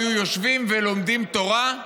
היו יושבים ולומדים תורה,